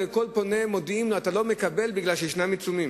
ולכל פונה מודיעים: אתה לא מקבל מפני שיש עיצומים.